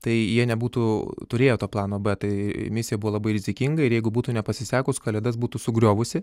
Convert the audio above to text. tai jie nebūtų turėję to plano b tai misija buvo labai rizikinga ir jeigu būtų nepasisekus kalėdas būtų sugriovusi